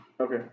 Okay